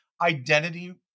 identity